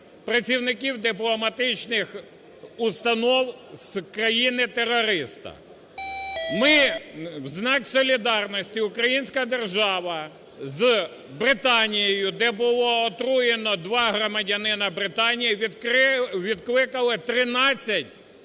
працівників дипломатичних установ з країни-терориста. Ми в знак солідарності українська держава з Британією, де було отруєно 2 громадянина Британії, відкликали 13